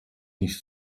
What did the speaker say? nicht